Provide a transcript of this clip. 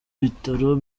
bitaro